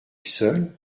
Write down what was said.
seul